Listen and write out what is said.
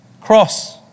cross